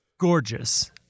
gorgeous